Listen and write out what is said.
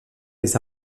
les